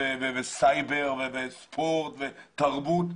על סייבר, על ספורט, על תרבות.